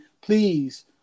Please